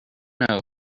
know